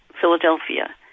Philadelphia